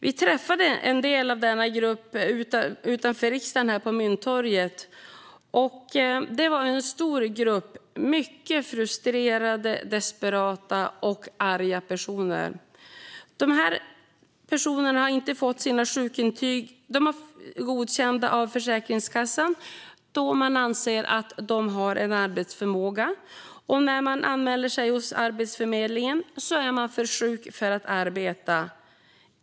Vi träffade en del av denna grupp här på Mynttorget utanför riksdagen, och det var en stor grupp mycket frustrerade, desperata och arga personer. De har inte fått sina sjukintyg godkända av Försäkringskassan, eftersom man anser att de har en arbetsförmåga. När de anmäler sig hos Arbetsförmedlingen är de dock för sjuka för att arbeta.